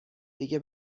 دیگه